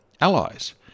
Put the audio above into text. allies